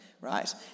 right